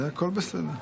הכול בסדר.